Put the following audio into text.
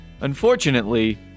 Unfortunately